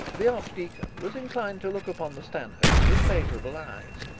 the archdeacon was inclined to look upon the stanhopes with favourable eyes,